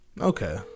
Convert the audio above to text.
Okay